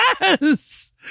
Yes